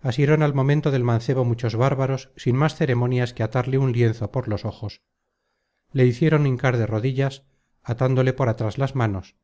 asieron al momento del mancebo muchos bárbaros sin más ceremonias que atarle un lienzo por los ojos le hicieron hincar de rodillas atándole por atras las manos